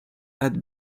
had